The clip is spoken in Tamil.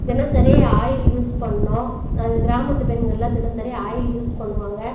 தினசரி ஆயில் யூஸ் பண்ணணும் அது கிராமத்து பெண்களெலாம் தினசரி ஆயில் யூஸ் பண்ணுவாங்கள்